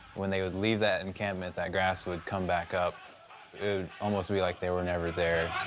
when they would leave that encampment, that grass would come back up. it would almost be like they were never there.